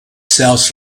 sells